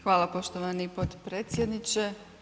Hvala poštovani potpredsjedniče.